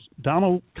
Donald